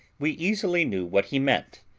we easily knew what he meant,